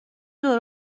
دور